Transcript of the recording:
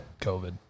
COVID